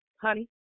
honey